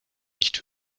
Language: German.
nicht